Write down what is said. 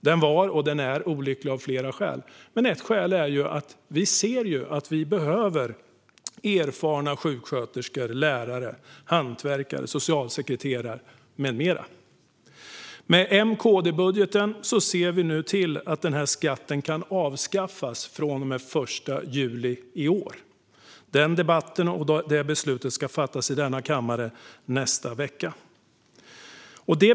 Den var och är olycklig av flera skäl, och ett skäl är att det behövs erfarna sjuksköterskor, lärare, hantverkare, socialsekreterare med mera. Med M-KD-budgeten ser vi nu till att denna skatt kan avskaffas från och med den 1 juli i år. Den debatten ska hållas och det beslutet fattas i denna kammare nästa vecka.